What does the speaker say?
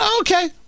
Okay